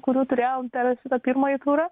kurių turėjom per šitą pirmąjį turą